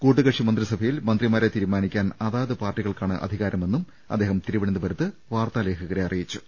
കൂട്ടുകക്ഷി മന്ത്രിസ ഭയിൽ മന്ത്രിമാരെ തീരുമാനിക്കാൻ അതാത് പാർട്ടികൾക്കാണ് അധി കാരമെന്നും അദ്ദേഹം തിരുവനന്തപുരത്ത് വാർത്താലേഖകരെ അറി യിച്ചു